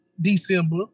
December